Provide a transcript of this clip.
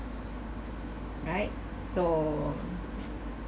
right so